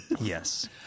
Yes